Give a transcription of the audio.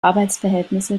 arbeitsverhältnisse